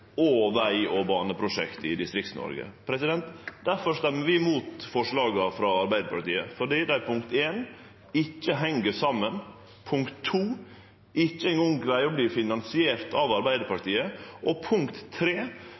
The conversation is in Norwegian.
og veg- og baneprosjekt i Distrikts-Noreg. Vi stemmer imot forslaga frå Arbeidarpartiet fordi dei for det første ikkje heng saman, for det andre fordi dei ikkje ein gong greier å verte finanserte av Arbeidarpartiet, og